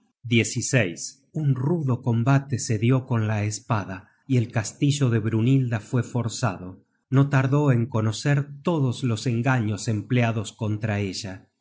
castillo un rudo combate se dió con la espada y el castillo de brynhilda fue forzado no tardó en conocer todos los engaños empleados contra ella